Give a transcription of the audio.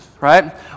right